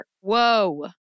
Whoa